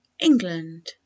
england